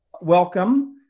welcome